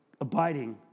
abiding